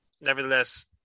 nevertheless